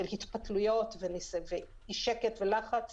אי שקט ולחץ